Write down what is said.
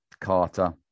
Carter